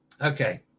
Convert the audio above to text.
Okay